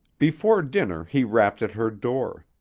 before dinner he rapped at her door.